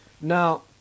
Now